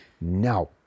now